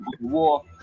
War